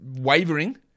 wavering